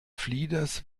flieders